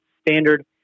Standard